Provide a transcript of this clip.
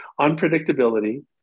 Unpredictability